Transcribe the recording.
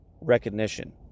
recognition